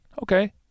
Okay